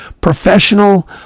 professional